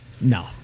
No